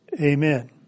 Amen